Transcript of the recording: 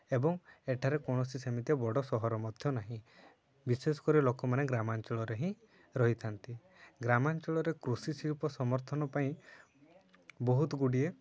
ଏବଂ ଏଠାରେ କୌଣସି ସେମିତି ବଡ଼ ସହର ମଧ୍ୟ ନାହିଁ ବିଶେଷ କରି ଲୋକମାନେ ଗ୍ରାମାଞ୍ଚଳରେ ହିଁ ରହିଥାନ୍ତି ଗ୍ରାମାଞ୍ଚଳରେ କୃଷି ଶିଳ୍ପ ସମର୍ଥନ ପାଇଁ ବହୁତ ଗୁଡ଼ିଏ